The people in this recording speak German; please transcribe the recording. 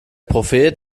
prophet